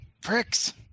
pricks